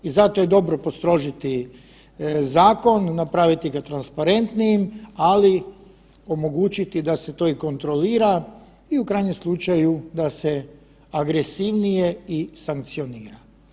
I zato je dobro postrožiti zakon, napraviti ga transparentnijim, ali omogućiti da se to i kontrolira i u krajnjem slučaju da se agresivnije i sankcionira.